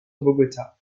bogota